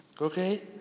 Okay